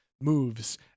moves